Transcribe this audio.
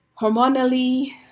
hormonally